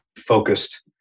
focused